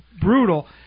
brutal